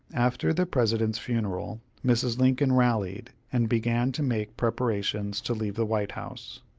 after the president's funeral mrs. lincoln rallied, and began to make preparations to leave the white house.